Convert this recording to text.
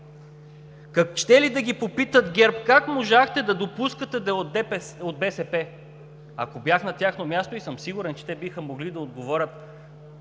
Щели да ги попитат ГЕРБ: как можахте да допуснете да е от БСП? Ако бях на тяхно място и съм сигурен, че те биха могли да отговорят: